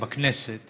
בכנסת